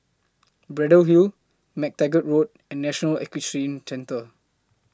Braddell Hill MacTaggart Road and National Equestrian Centre